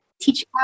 teach